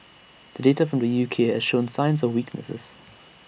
the data from the U K has shown signs of weaknesses